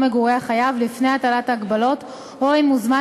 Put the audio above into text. מגורי החייב לפני הטלת הגבלות או אם הוזמן,